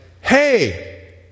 hey